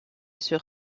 sur